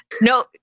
No